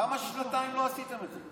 למה שנתיים לא עשיתם את זה?